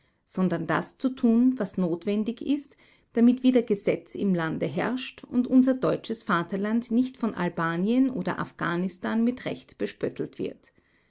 sondern das zu tun was notwendig ist damit wieder gesetz im lande herrscht und unser deutsches vaterland nicht von albanien oder afghanistan mit recht bespöttelt wird